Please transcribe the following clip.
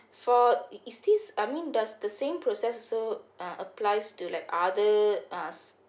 for it is this I mean does the same process also uh applies to like other us